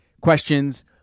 Questions